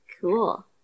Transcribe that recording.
cool